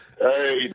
Hey